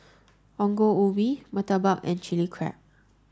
Ongol Ubi Murtabak and Chilli Crab